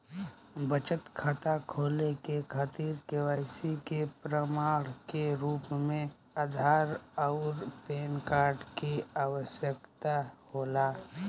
बचत खाता खोले के खातिर केवाइसी के प्रमाण के रूप में आधार आउर पैन कार्ड के आवश्यकता होला